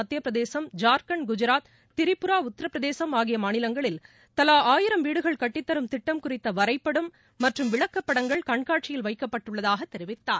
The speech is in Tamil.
மத்தியப்பிரதேசம் ஜார்கண்ட் குஜாத் திரிபுரா உத்தரப்பிரதேசம் ஆகிய மாநிலங்களில் தவா ஆயிரம் வீடுகள் கட்டித்தரும் திட்டம் குறித்த வரைபடம் மற்றும் விளக்க படங்கள் கண்காட்சியில் வைக்கப்பட்டுள்ளதாக தெரிவித்தார்